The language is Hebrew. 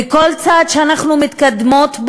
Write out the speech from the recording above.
וכל צעד שאנחנו מתקדמות,